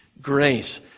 grace